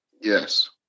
Yes